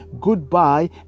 goodbye